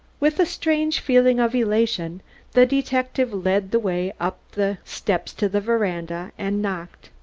with a strange feeling of elation the detective led the way up the steps to the veranda and knocked.